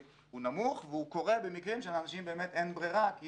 הוא נמוך והוא קורה במקרים שלאנשים באמת אין ברירה כי